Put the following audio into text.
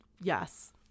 yes